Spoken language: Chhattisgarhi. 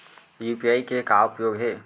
यू.पी.आई के का उपयोग हे?